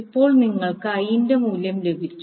ഇപ്പോൾ നിങ്ങൾക്ക് I ന്റെ മൂല്യം ലഭിച്ചു